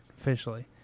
officially